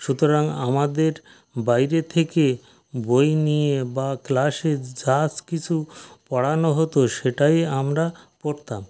সুতরাং আমাদের বাইরে থেকে বই নিয়ে বা ক্লাসে যাস কিছু পড়ানো হতো সেটাই আমরা পড়তাম